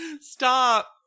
stop